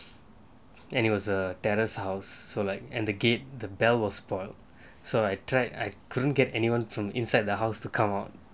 and it was a terrace house so like and the gate the bell was spoiled so I tried I couldn't get anyone from inside the house to come out